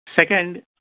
Second